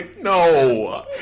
no